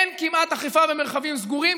אין כמעט אכיפה במרחבים סגורים,